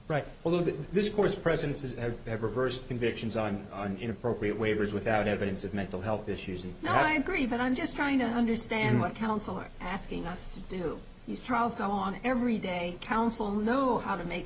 right although that this course presents as ever first convictions on an inappropriate waivers without evidence of mental health issues and now i agree but i'm just trying to understand what counsel are asking us to do these trials go on every day counsel know how to make